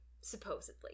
supposedly